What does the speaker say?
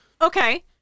Okay